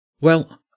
Well